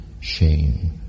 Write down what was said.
shame